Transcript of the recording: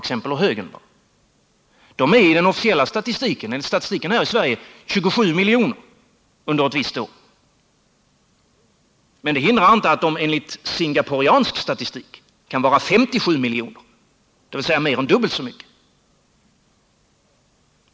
De utgör enligt den officiella svenska statistiken 27 milj.kr. under ett visst år. Men det hindrar inte att de enligt singaporiansk statistik kan uppgå till 57 milj.kr., dvs. mer än dubbelt så mycket.